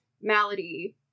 Malady